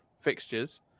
fixtures